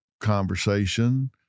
conversation